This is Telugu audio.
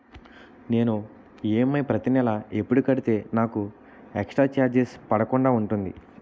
నేను ఈ.ఎమ్.ఐ ప్రతి నెల ఎపుడు కడితే నాకు ఎక్స్ స్త్ర చార్జెస్ పడకుండా ఉంటుంది?